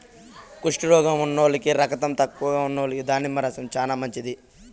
కుష్టు రోగం ఉన్నోల్లకి, రకతం తక్కువగా ఉన్నోల్లకి దానిమ్మ రసం చానా మంచిది